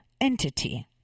entity